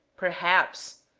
perhaps,